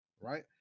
right